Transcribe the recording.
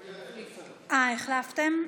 החלפתם?